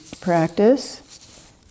practice